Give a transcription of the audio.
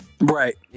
Right